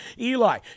Eli